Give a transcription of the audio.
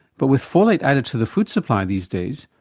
but with folate added to the food supply these days,